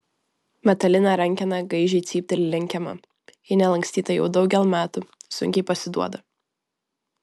metalinė rankena gaižiai cypteli lenkiama ji nelankstyta jau daugel metų sunkiai pasiduoda